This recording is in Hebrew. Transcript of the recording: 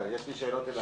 יש לי שאלות.